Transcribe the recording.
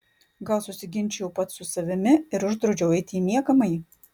gal susiginčijau pats su savimi ir uždraudžiau eiti į miegamąjį